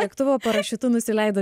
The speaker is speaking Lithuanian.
lėktuvo parašiutu nusileido